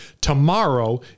Tomorrow